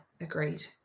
agreed